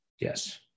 Yes